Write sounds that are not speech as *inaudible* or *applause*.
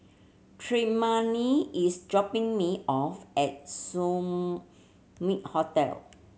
Tremayne is dropping me off at *unintelligible* Hotel